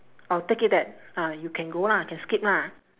I will take it that ah you can go lah can skip lah